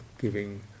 giving